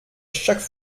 chaque